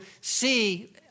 see